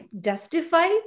justify